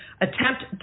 attempt